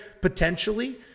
potentially